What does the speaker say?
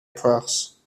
press